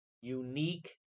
unique